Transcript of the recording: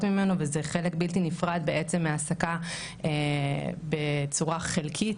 ממנו וזה חלק בעצם שהוא בלתי נפרד בעצם מהעסקה בצורה חלקית,